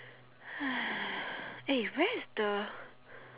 eh where's the